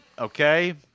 Okay